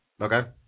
Okay